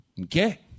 Okay